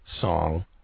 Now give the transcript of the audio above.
song